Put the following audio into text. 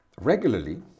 Regularly